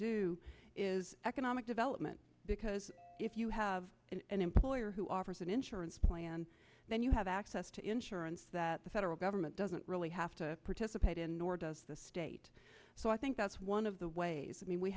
do is economic development because if you have an employer who offers an insurance plan then you have access to insurance that the federal government doesn't really have to participate in nor does the state so i think that's one of the ways i mean we